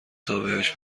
تابهش